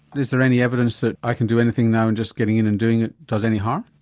is there any evidence that i can do anything now and just getting in and doing it does any harm?